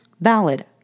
valid